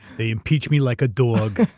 they impeach me like a dog.